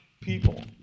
people